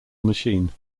machine